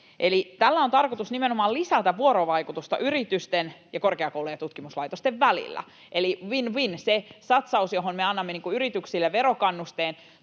tällä on tarkoitus nimenomaan lisätä vuorovaikutusta yritysten ja korkeakoulujen ja tutkimuslaitosten välillä, eli win-win. Se satsaus, johon me annamme yrityksille verokannusteen,